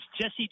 Jesse